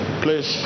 please